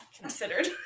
considered